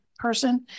Person